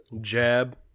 jab